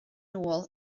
nôl